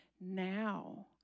Now